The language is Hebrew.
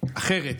אחרת